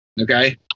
Okay